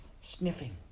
sniffing